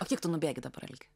o kiek tu nubėgi dabar algi